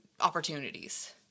opportunities